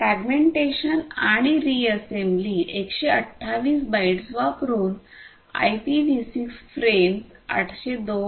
fragmentation आणि reassembly 128 bytes वापरुन IPv 6 frames 802